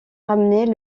ramener